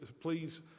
please